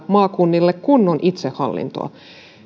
maakunnille kunnon itsehallintoa